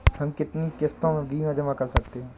हम कितनी किश्तों में बीमा जमा कर सकते हैं?